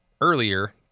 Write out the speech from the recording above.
earlier